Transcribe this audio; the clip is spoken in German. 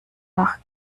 nach